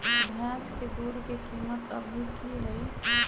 भैंस के दूध के कीमत अभी की हई?